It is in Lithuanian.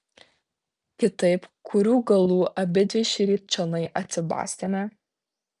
kitaip kurių galų abidvi šįryt čionai atsibastėme